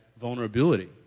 vulnerability